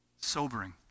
Sobering